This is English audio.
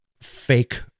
fake